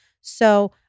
So-